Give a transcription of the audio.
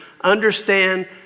understand